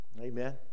Amen